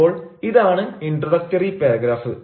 അപ്പോൾ ഇതാണ് introductory paragraph